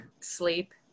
Sleep